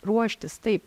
ruoštis taip